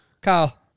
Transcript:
Kyle